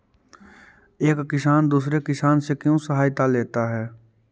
एक किसान दूसरे किसान से क्यों सहायता लेता है?